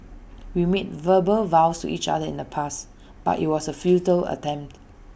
we made verbal vows to each other in the past but IT was A futile attempt